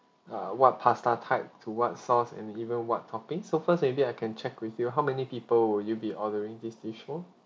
uh what pasta type to what sauce and even what topping so first maybe I can check with you how many people will you be ordering this dish for